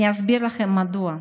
אני אסביר לכם מדוע: